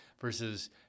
versus